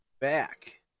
back